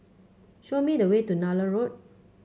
show me the way to Nallur Road